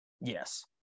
yes